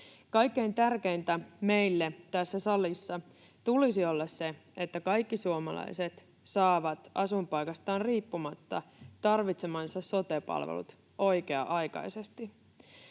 Kaikkein tärkeintä meille tässä salissa tulisi olla sen, että kaikki suomalaiset saavat asuinpaikastaan riippumatta tarvitsemansa sote-palvelut oikea-aikaisesti.